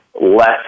less